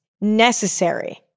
necessary